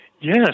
Yes